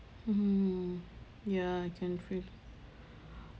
mm ya I can